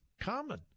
common